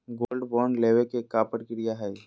Gold bond लेवे के का प्रक्रिया हई?